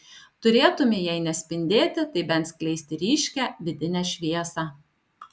turėtumei jei ne spindėti tai bent skleisti ryškią vidinę šviesą